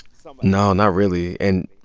so no, not really. and,